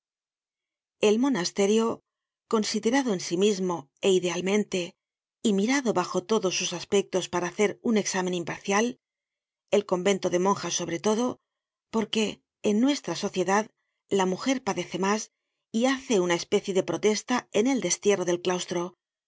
el monasterio considerado en sí mismo é idealmente y mirado bajo todos sus aspectos para hacer un examen imparcial el convento de monjas sobre todoporque en nuestra sociedad la mujer padece mas y hace una especie de protesta en el destierro del claustro